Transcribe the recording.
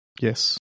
Yes